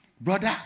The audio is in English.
Brother